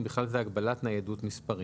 ובכלל זה הגבלת ניידות מספרים.